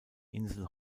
insel